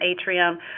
Atrium